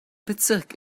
bezirk